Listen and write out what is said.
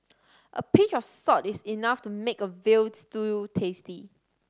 a pinch of salt is enough to make a veal stew tasty